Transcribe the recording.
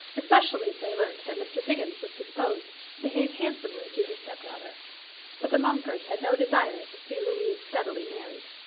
especially if they learnt that mr. higgins was disposed to behave handsomely to his stepdaughter but the mumfords had no desire to see louise speedily married.